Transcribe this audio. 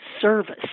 service